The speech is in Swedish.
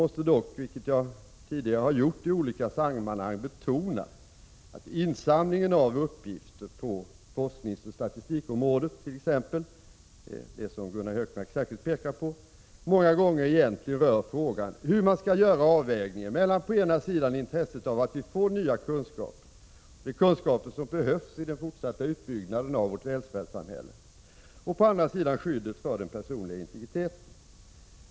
Såsom jag har gjort även tidigare i olika sammanhang måste jag dock betona att insamlingen av uppgifter på t.ex. forskningsoch statistikområdet, som Gunnar Hökmark särskilt pekade på, många gånger egentligen rör frågan om hur man skall göra avvägningen mellan på ena sidan intresset av att vi får nya kunskaper, vilka behövs i den fortsatta utbyggnaden av vårt välfärdssamhälle, och på andra sidan skyddet för den personliga integriteten.